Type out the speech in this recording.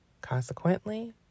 consequently